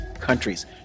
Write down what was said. countries